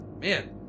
Man